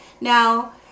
now